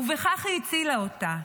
ובכך הצילה אותה.